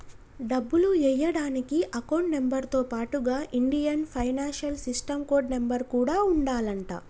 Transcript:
డబ్బులు ఎయ్యడానికి account number తో పాటుగా Indian financial system code number కూడా ఉండాలంట